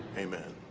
amen.